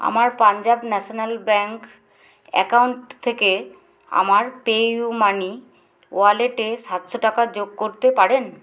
আমার পাঞ্জাব ন্যাশনাল ব্যাঙ্ক অ্যাকাউন্ট থেকে আমার পেইউমানি ওয়ালেটে সাতশো টাকা যোগ করতে পারেন